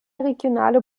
regionale